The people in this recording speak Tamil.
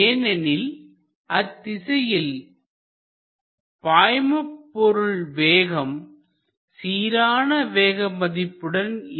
ஏனெனில் அத்திசையில் பாய்மபொருள் வேகம் சீரான வேக மதிப்புடன் இருப்பதாகவே எடுத்துக்கொள்கிறோம் So only flow is through the inlet and through the surface at x